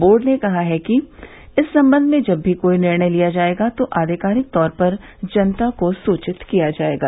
board ने कहा है कि इस संबंध में जब भी कोई निर्णय लिया जायेगा तो आधिकारिक तौर पर जनता को सूचित किया जाएगा